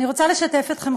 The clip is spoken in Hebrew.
אני רוצה לשתף אתכם,